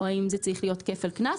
או האם זה צריך להיות כפל קנס.